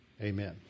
Amen